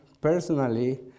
personally